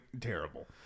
terrible